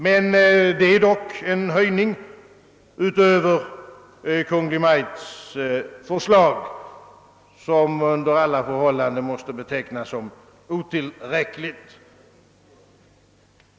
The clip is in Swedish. Men det är ändå en höjning utöver Kungl. Maj:ts förslag, vilket under alla förhållanden måste betraktas som otillräckligt.